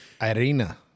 Irina